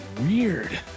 weird